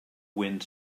wind